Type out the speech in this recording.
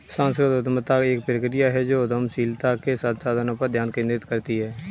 सांस्कृतिक उद्यमिता एक प्रक्रिया है जो उद्यमशीलता के संसाधनों पर ध्यान केंद्रित करती है